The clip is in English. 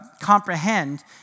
comprehend